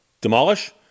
demolish